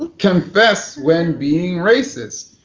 confess when being racist.